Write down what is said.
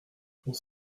pour